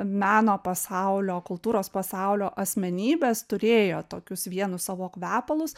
meno pasaulio kultūros pasaulio asmenybės turėjo tokius vienus savo kvepalus